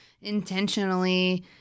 intentionally